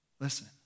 Listen